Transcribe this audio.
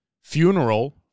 funeral